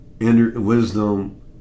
Wisdom